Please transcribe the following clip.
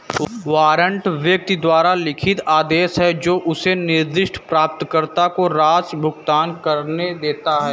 warrant व्यक्ति द्वारा लिखित आदेश है जो उसे निर्दिष्ट प्राप्तकर्ता को राशि भुगतान करने देता है